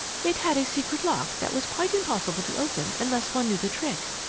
it had a secret lock that was quite impossible to open unless one knew the trick.